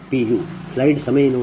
20 j0